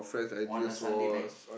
on a Sunday night